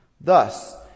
Thus